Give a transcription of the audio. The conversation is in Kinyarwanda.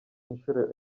inshuro